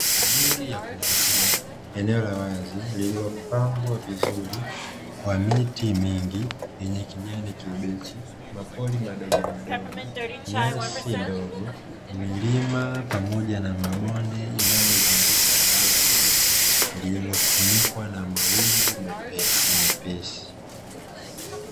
Ni nzuri ya kuvutia eneo la wazi, lililopambwa vizuri kwa miti mingi yenye kijani kibichi, mapori madogo madogo, nyasi ndogo, milima pamoja na mabonde inayozunguka eneo hilo, lililo funikwa na mawingu mepesi mepesi.